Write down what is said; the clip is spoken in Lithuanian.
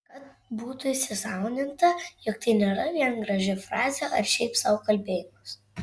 kad būtų įsisąmoninta jog tai nėra vien graži frazė ar šiaip sau kalbėjimas